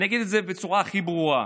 אני אגיד את זה בצורה הכי ברורה: